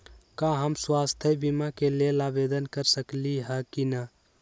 का हम स्वास्थ्य बीमा के लेल आवेदन कर सकली ह की न?